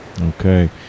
Okay